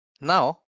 now